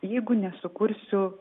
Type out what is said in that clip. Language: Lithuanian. jeigu nesukursiu